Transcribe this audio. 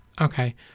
Okay